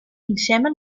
insieme